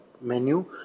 menu